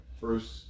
first